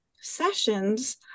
sessions